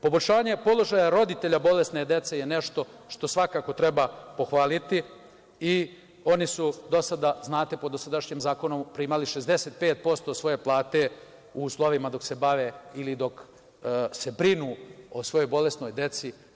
Poboljšanje položaja roditelja bolesne dece je nešto što svakako treba pohvaliti i oni su do sada, znate, po dosadašnjem zakonu primali 65% svoje plate u uslovima dok se bave ili dok se brinu o svojoj bolesnoj deci.